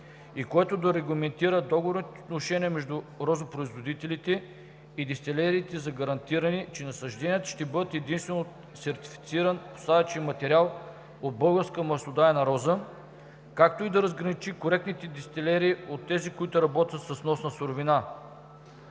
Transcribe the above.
и който да регламентира договорните отношения между розопроизводителите и дестилериите за гарантиране, че насажденията ще бъдат единствено от сертифициран посадъчен материал от българска маслодайна роза, както и да разграничи коректните дестилерии от тези, които работят с вносна суровина.